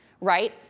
right